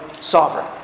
sovereign